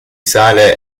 sale